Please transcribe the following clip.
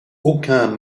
aucun